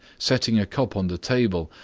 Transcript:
setting a cup on the table,